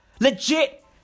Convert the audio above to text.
legit